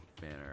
Banner